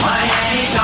Miami